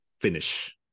finish